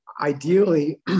ideally